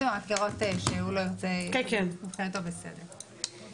רק לראות שהוא לא ירצה ומבחינתו זה בסדר.